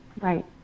Right